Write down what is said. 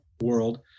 world